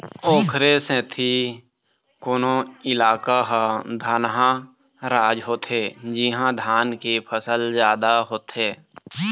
ओखरे सेती कोनो इलाका ह धनहा राज होथे जिहाँ धान के फसल जादा होथे